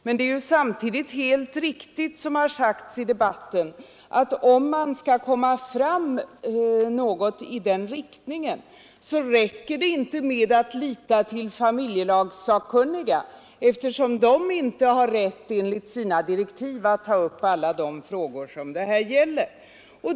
Men det är samtidigt helt riktigt, som det sagts i debatten, att det — om man skall komma fram till något i den riktningen — inte räcker att lita till familjelagssakkunniga, eftersom de inte har rätt enligt sina direktiv att ta upp alla de frågor som här är aktuella.